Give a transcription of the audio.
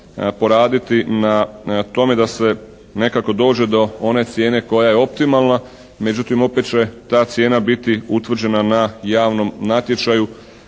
poraditi na tome da se nekako dođe do one cijene koja je optimalna. Međutim opet će ta cijena biti utvrđena na javnom natječaju